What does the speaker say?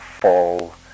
fall